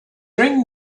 ring